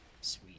Sweet